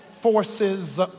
forces